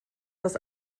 das